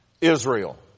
Israel